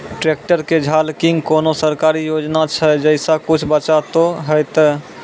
Tractor के झाल किंग कोनो सरकारी योजना छ जैसा कुछ बचा तो है ते?